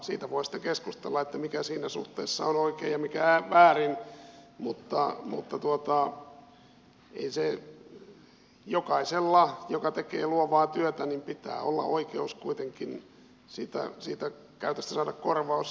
siitä voi sitten keskustella mikä siinä suhteessa on oikein ja mikä väärin mutta jokaisella joka tekee luovaa työtä pitää olla oikeus kuitenkin siitä käytöstä saada korvaus